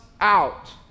out